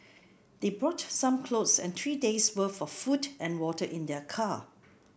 they brought some clothes and three day's worth of food and water in their car